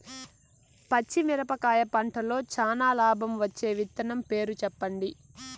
పచ్చిమిరపకాయ పంటలో చానా లాభం వచ్చే విత్తనం పేరు చెప్పండి?